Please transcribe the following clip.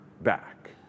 back